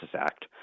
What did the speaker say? Act